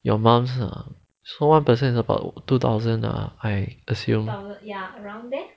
your mom's so one person about two thousand ah I assume